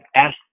ask